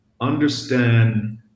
understand